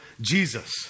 Jesus